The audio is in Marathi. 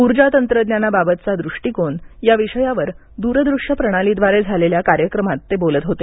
उर्जा तंत्रज्ञानाबाबतचा दृष्टीकोन या विषयावर दूर दृश्य प्रणालीद्वारे झालेल्या कार्यक्रमात ते बोलत होते